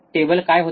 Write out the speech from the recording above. table काय होते